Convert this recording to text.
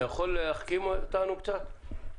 אתה יכול להחכים אותנו קצת?